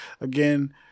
again